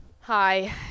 Hi